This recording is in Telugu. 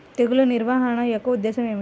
తెగులు నిర్వహణ యొక్క ఉద్దేశం ఏమిటి?